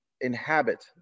inhabit